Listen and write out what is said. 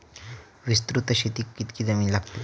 विस्तृत शेतीक कितकी जमीन लागतली?